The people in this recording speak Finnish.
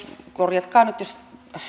korjatkaa nyt jos